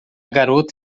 garota